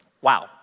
Wow